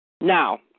Now